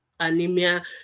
anemia